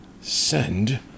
Send